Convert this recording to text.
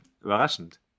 Überraschend